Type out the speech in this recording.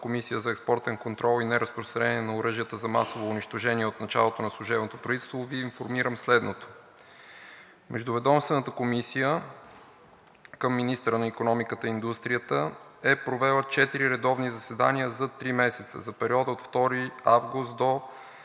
комисия за експортен контрол и неразпространение на оръжията за масово унищожение от началото на служебното правителство Ви информирам следното: Междуведомствената комисия към министъра на икономиката и индустрията е провела четири редовни заседания за три месеца за периода от 2 август до 1 ноември,